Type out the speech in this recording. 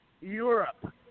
Europe